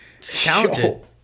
counted